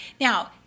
Now